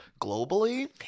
globally